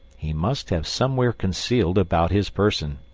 he must have somewhere concealed about his person.